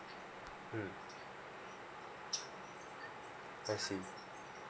mm I see